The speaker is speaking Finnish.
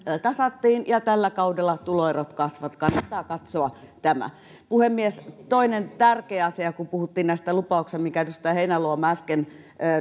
tasattiin ja tällä kaudella tuloerot kasvavat kannattaa katsoa tämä puhemies toinen tärkeä asia kun puhuttiin näistä lupauksista mitkä edustaja heinäluoma äsken